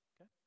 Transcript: Okay